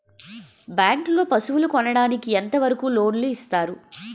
Bank లో పశువుల కొనడానికి ఎంత వరకు లోన్ లు ఇస్తారు?